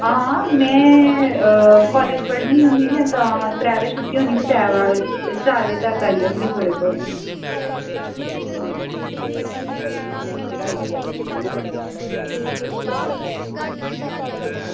आं में कॉलेज़ पढ़नी होनी ना त्रैऽ बजे छुट्टी होनी बाऽ त्रैऽ बजे दे बाद चार बजे तक्क आई जाह्गी थुआढ़े कोल